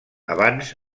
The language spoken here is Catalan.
avanç